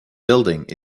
building